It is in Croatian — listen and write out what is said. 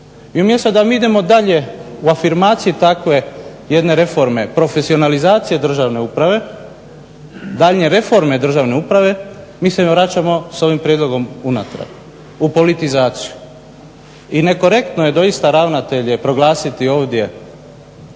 I umjesto da mi idemo dalje u afirmaciji takve jedne reforme, profesionalizacije državne uprave, daljnje reforme državne uprave mi se vraćamo sa ovim prijedlogom unatrag u politizaciju. I nekorektno je doista ravnatelje proglasiti ovdje